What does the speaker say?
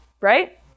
right